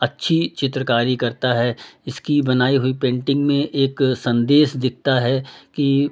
अच्छी चित्रकारी करता है इसकी बनाई हुई पेन्टिंग में एक सन्देश दिखता है कि